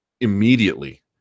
immediately